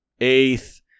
eighth